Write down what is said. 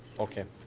okay.